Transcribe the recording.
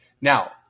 Now